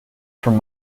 from